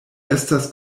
estas